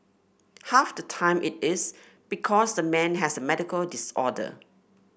half the time it is because the man has a medical disorder